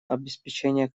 обеспечения